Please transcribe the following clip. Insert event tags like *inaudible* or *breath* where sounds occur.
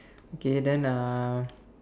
okay then uh *breath*